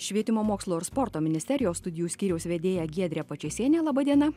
švietimo mokslo ir sporto ministerijos studijų skyriaus vedėja giedrė pačėsienė laba diena